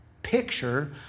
picture